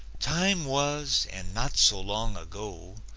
time was, and not so long ago,